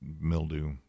mildew